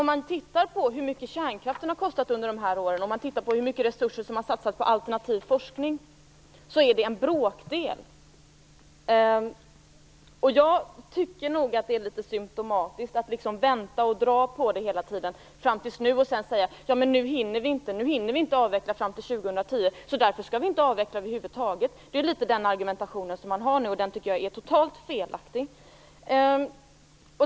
Om man tittar på hur mycket kärnkraften har kostat under de här åren och hur mycket resurser som har satsats på alternativ forskning är det en bråkdel som satsats på den alternativa forskningen. Det är litet symtomatiskt att vänta och dra på det fram tills nu och sedan säga: Nu hinner vi inte avveckla fram till år 2010, och därför skall vi inte avveckla över huvud taget. Det är litet den argumentationen man nu har, och den tycker jag är totalt felaktig.